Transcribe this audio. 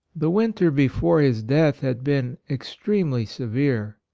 the winter before his death had been extremely severe.